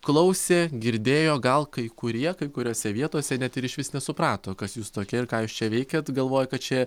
klausė girdėjo gal kai kurie kai kuriose vietose net ir išvis nesuprato kas jūs tokia ir ką jūs čia veikiat galvoja kad čia